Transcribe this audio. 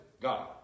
God